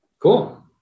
Cool